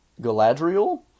Galadriel